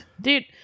Dude